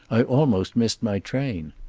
i almost missed my train.